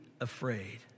afraid